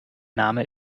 name